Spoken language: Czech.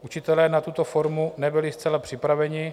Učitelé na tuto formu nebyli zcela připraveni.